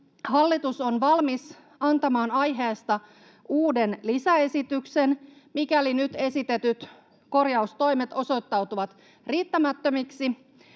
hallitus on valmis antamaan aiheesta uuden lisäesityksen, mikäli nyt esitetyt korjaustoimet osoittautuvat riittämättömiksi,